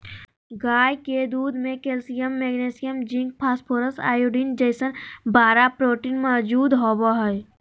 गाय के दूध में calcium, magnesium, zinc, phosphorus, iodine जैसन बारह प्रोटीन मौजूद होबा हइ